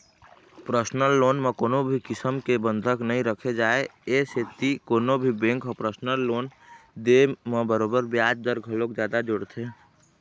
personal loan म कोनो भी किसम के बंधक नइ राखे जाए ए सेती कोनो भी बेंक ह परसनल लोन दे म बरोबर बियाज दर घलोक जादा जोड़थे